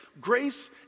Grace